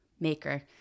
maker